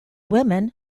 women